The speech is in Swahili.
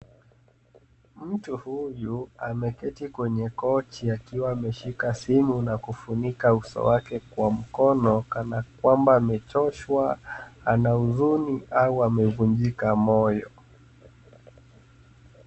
Mtu huyu ameketi kwenye kochi akiwa ameshika simu na kufunika uso wake kwa mkono kana kwamba amechoshwa, ana huzuni au amevunjika moyo.